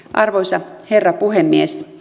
arvoisa herra puhemies